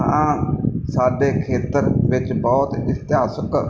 ਹਾਂ ਸਾਡੇ ਖੇਤਰ ਵਿੱਚ ਬਹੁਤ ਇਤਿਹਾਸਿਕ